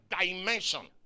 dimension